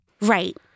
Right